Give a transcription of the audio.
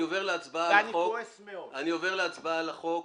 אני עובר להצבעה על החוק.